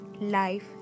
life